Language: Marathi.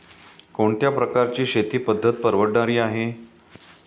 कोणत्या प्रकारची शेती पद्धत परवडणारी आहे?